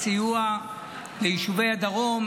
הסיוע ליישובי הדרום,